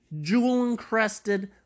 jewel-encrusted